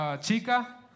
chica